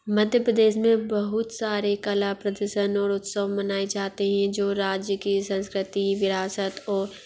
मध्य प्रदेश में बहुत सारे कला प्रदर्शन और उत्सव मनाए जाते हें जो राज्य की संस्कृति विरासत और